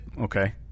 Okay